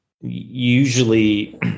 usually